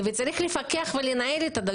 צריך לפקח ולנהל את זה.